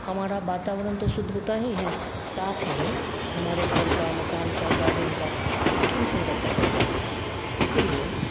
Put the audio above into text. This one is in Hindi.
हमारा वातावरण तो शुद्ध होता ही है साथ ही हमारे घर का मकान का गार्डेन का इसकी भी सुंदरता बढ़ जाती हैं इसलिए